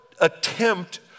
attempt